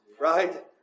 Right